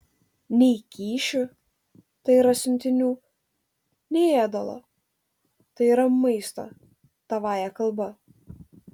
nei kyšių tai yra siuntinių nei ėdalo tai yra maisto tavąja kalba